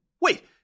Wait